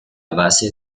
base